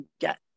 get